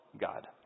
God